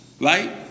right